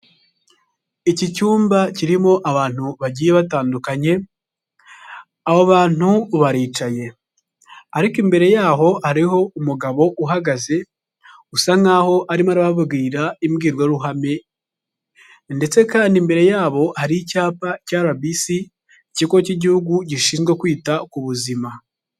Iki cyumba kirimo abantu bagiye batandukanye, abo bantu baricaye. Ariko imbere y’aho hariho umugabo uhagaze usa nk’aho arimo arababwira imbwirwaruhame ndetse kandi imbere yabo hari icyapa cya RBC, Ikigo cy'Igihugu gishinzwe kwita ku buzima.